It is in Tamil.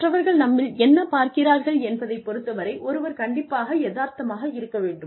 மற்றவர்கள் நம்மில் என்ன பார்க்கிறார்கள் என்பதை பொறுத்தவரை ஒருவர் கண்டிப்பாக யதார்த்தமாக இருக்க வேண்டும்